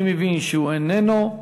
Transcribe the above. אני מבין שהוא איננו.